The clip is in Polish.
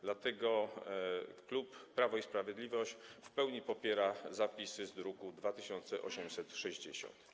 Dlatego klub Prawo i Sprawiedliwość w pełni popiera zapisy z druku nr 2860.